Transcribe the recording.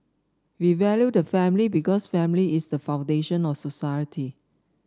we value the family because family is the foundation of society